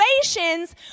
situations